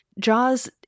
Jaws